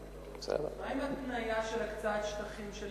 מה עם התניה של הקצאת שטחים של